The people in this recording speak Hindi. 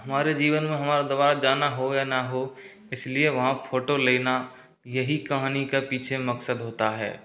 हमारे जीवन में हमारा दोबारा जाना हो या ना हो इसलिए वहाँ फोटो लेना यही कहानी का पीछे मकसद होता है